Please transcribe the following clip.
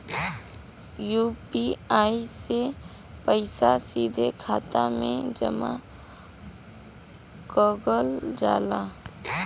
UPI से पइसा सीधा खाते में जमा कगल जाला